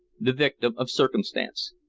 the victim of circumstance.